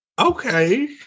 Okay